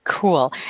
cool